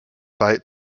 fight